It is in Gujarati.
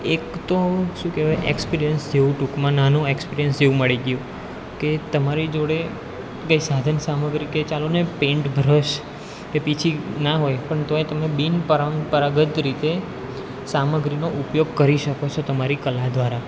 એક તો શું કહેવાય એકપિરિયન્સ જેવું ટૂંકમાં નાનું એક્સપિરિયન્સ જેવું મળી ગયું કે તમારી જોડે કાંઈ સાધન સામગ્રી કે ચાલોને પેન્ટ બ્રશ કે પીંછી ના હોય પણ તોય તમે બીનપરંપરાગત રીતે સામગ્રીનો ઉપયોગ કરી શકો છો તમારી કલા દ્વારા